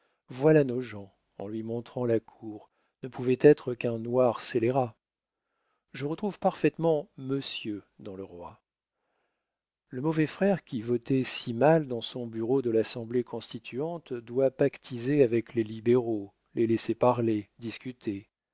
voilà nos gens en lui montrant la cour ne pouvait être qu'un noir scélérat je retrouve parfaitement monsieur dans le roi le mauvais frère qui votait si mal dans son bureau de l'assemblée constituante doit pactiser avec les libéraux les laisser parler